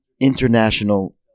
international